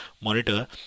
monitor